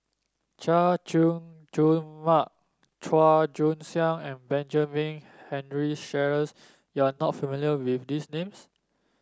Chay Jung Jun Mark Chua Joon Siang and Benjamin Henry Sheares you are not familiar with these names